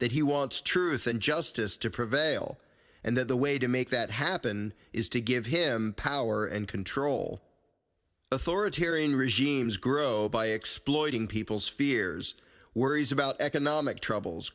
that he wants truth and justice to prevail and that the way to make that happen is to give him power and control authoritarian regimes grow by exploiting people's fears worries about economic troubles